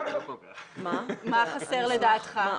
מה חסר לדעתך?